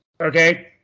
Okay